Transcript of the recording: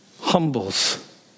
humbles